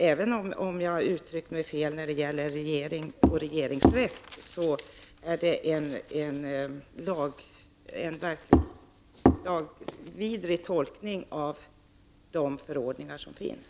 Även om jag uttryckte mig fel när det gällde regering och regeringsrätt vidhåller jag att det är en lagvidrig tolkning av de förordningar som finns.